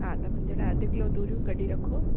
हा त मुंहिंजे लाइ अधु किलो तूरियूं कढी रखो